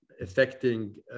affecting